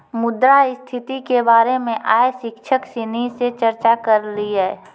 मुद्रा स्थिति के बारे मे आइ शिक्षक सिनी से चर्चा करलिए